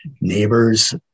neighbors